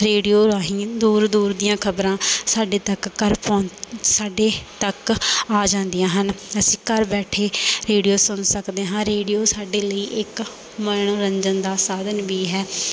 radio ਰਾਹੀਂ ਦੂਰ ਦੂਰ ਦੀਆਂ ਖ਼ਬਰਾਂ ਸਾਡੇ ਤੱਕ ਘਰ ਪਹੁੰ ਸਾਡੇ ਤੱਕ ਆ ਜਾਂਦੀਆਂ ਹਨ ਅਸੀਂ ਘਰ ਬੈਠੇ ਰੇਡੀਓ ਸੁਣ ਸਕਦੇ ਹਾਂ ਰੇਡੀਓ ਸਾਡੇ ਲਈ ਇੱਕ ਮਨੋਰੰਜਨ ਦਾ ਸਾਧਨ ਵੀ ਹੈ